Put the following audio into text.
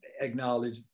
acknowledge